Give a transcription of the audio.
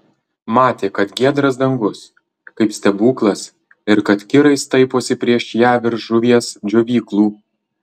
matė kad giedras dangus kaip stebuklas ir kad kirai staiposi prieš ją virš žuvies džiovyklų